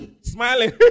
smiling